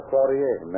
Forty-eight